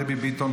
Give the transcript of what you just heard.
דבי ביטון,